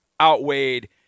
outweighed